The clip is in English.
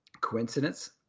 coincidence